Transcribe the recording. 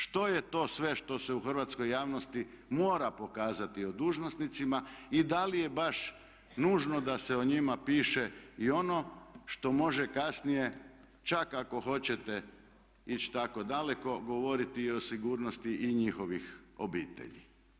Što je to sve što se u hrvatskoj javnosti mora pokazati o dužnosnicima i da li je baš nužno da se o njima piše i ono što može kasnije čak ako hoćete ići tako daleko govoriti i o sigurnosti i njihovih obitelji.